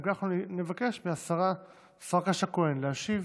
אם כך, נבקש מהשרה פרקש הכהן להשיב